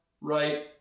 right